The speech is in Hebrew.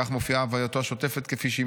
כך מופיעה הווייתו השוטפת כפי שהיא